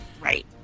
Right